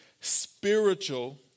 spiritual